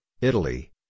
Italy